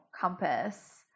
compass